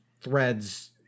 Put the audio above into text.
Threads